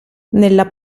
nella